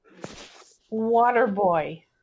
Waterboy